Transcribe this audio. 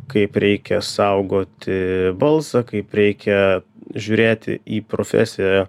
kaip reikia saugoti balsą kaip reikia žiūrėti į profesiją